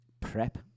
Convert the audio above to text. prep